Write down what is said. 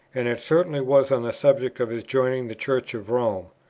and it certainly was on the subject of his joining the church of rome.